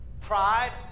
pride